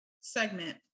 segment